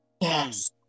Yes